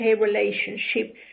relationship